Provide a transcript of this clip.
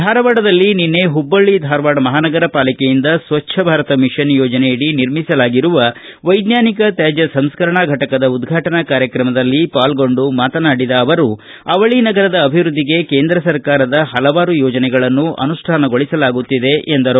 ಧಾರವಾಡದಲ್ಲಿ ನಿನ್ನೆ ಹುಬ್ಬಳ್ಳ ಧಾರವಾಡ ಮಹಾನಗರ ಪಾಲಿಕೆಯಿಂದ ಸ್ವಚ್ದ ಭಾರತ ಮಿಷನ್ ಯೋಜನೆಯಡಿ ನಿರ್ಮಿಸಲಾಗಿರುವ ವೈಚ್ಚಾನಿಕ ತ್ಯಾದ್ಯ ಸಂಸ್ಕರಣಾ ಫಟಕದ ಉದ್ವಾಟನಾ ಕಾರ್ಯಕ್ರಮದಲ್ಲಿ ಪಾಲ್ಗೊಂಡು ಮಾತನಾಡಿದ ಅವರು ಅವಳಿ ನಗರದ ಅಭಿವೃದ್ದಿಗೆ ಕೇಂದ್ರ ಸರ್ಕಾರದ ಹಲವಾರು ಯೋಜನೆಗಳನ್ನು ಅನುಷ್ಠಾನಗೊಳಿಸಲಾಗುತ್ತಿದೆ ಎಂದರು